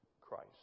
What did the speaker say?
Christ